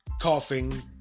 Coughing